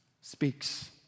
speaks